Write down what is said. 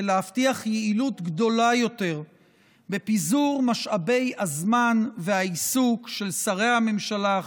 ולהבטיח יעילות גדולה יותר בפיזור משאבי הזמן והעיסוק של שרי הממשלה,